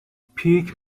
pick